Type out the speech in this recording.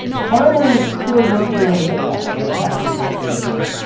finally, towards the, so that we get that, right. cassie haunting legree.